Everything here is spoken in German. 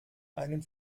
einen